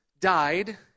died